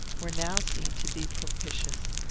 were now seen to be propitious.